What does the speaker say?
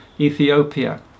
Ethiopia